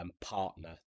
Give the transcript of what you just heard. Partner